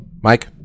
Mike